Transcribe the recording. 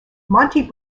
monty